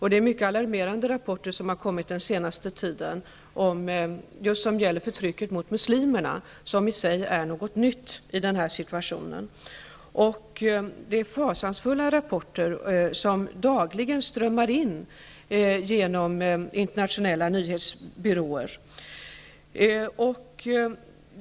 Under den senaste tiden har det kommit mycket alarmerande rapporter om förtrycket just mot muslimerna, vilket i sig är något nytt i den här situationen. Det är fasansfulla rapporter som dagligen strömmar in genom internationella nyhetsbyråer.